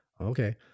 okay